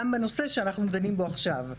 גם בנושא שאנחנו דנים בו עכשיו,